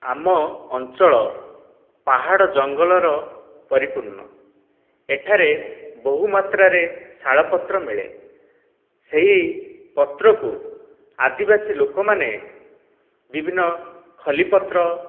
ଆମ ଅଞ୍ଚଳ ପାହାଡ଼ ଜଙ୍ଗଲର ପରିପୂର୍ଣ୍ଣ ଏଠାରେ ବହୁ ମାତ୍ରାରେ ଶାଳପତ୍ର ମିଳେ ସେହି ପତ୍ରକୁ ଆଦିବାସୀ ଲୋକମାନେ ବିଭିନ୍ନ ଖଲିପତ୍ର